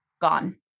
gone